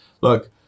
Look